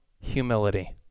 humility